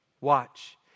Watch